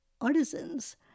artisans